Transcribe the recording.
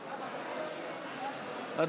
בבקשה.